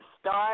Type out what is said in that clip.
Start